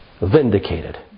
vindicated